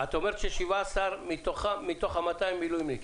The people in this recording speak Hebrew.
את אומרת ש-17 מתוכם מתוך ה-200 מילואימניקים.